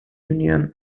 union